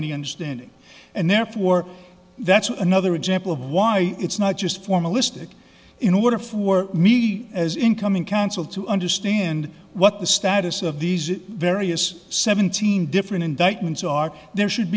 any understanding and therefore that's another example of why it's not just formalistic in order for me as incoming counsel to understand what the status of these various seventeen different indictments are there should